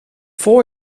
voor